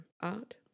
art